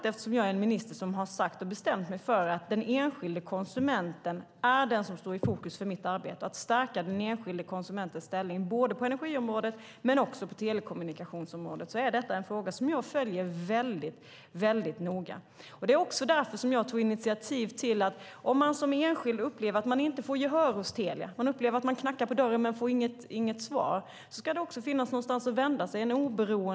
Eftersom jag som minister har bestämt att den enskilda konsumenten står i fokus för mitt arbete och eftersom jag vill stärka den enskilda konsumentens ställning både på energiområdet och på telekommunikationsområdet är detta en fråga som jag följer noga. Om man som enskild upplever att man inte får gehör hos Telia, att man knackar på dörren men inte får något svar, ska det finnas en oberoende part att vända sig till.